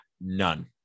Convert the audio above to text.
none